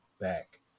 back